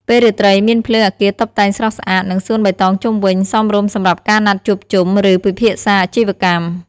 ពេលរាត្រី មានភ្លើងអគារតុបតែងស្រស់ស្អាត និងសួនបៃតងជុំវិញ សមរម្យសម្រាប់ការណាត់ជួបជុំ ឬពិភាក្សាអាជីវកម្ម។